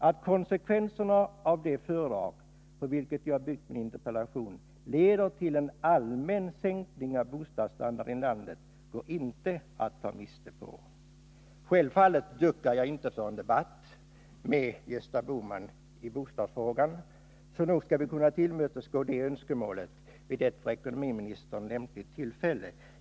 Att konsekvenserna av det föredrag på vilket jag byggt min interpellation leder till en allmän sänkning av bostadsstandarden i landet går inte att ta miste på. Självfallet duckar jag inte för en debatt med Gösta Bohman i bostadsfrågan, så nog skall vi kunna tillmötesgå det önskemålet vid ett för ekonomiministern lämpligt tillfälle.